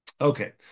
Okay